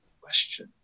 question